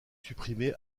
supprimé